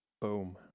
Boom